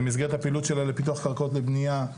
במסגרת הפעילות שלה לפיתוח קרקעות לבנייה,